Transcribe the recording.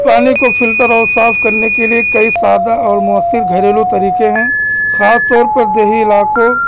پانی کو فلٹر اور صاف کرنے کے لیے کئی سادہ اور مؤثر گھریلو طریقے ہیں خاص طور پر دیہی علاقوں